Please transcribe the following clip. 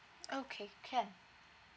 okay can